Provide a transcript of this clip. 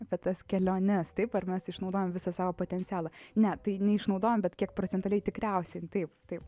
apie tas keliones taip ar mes išnaudojom visą savo potencialą ne tai neišnaudojam bet kiek procentaliai tikriausiai taip taip